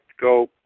go